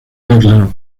declaró